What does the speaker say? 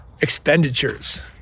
expenditures